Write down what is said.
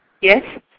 Yes